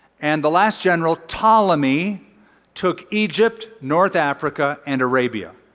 and the last general, ptolemy took egypt, north africa and arabia.